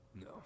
No